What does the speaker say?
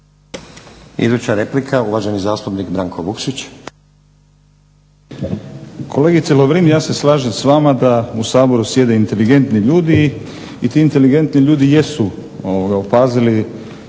Kolegice Lovrin, ja se slažem s vama da u Saboru sjede inteligentni ljudi i ti inteligentni ljudi jesu opazili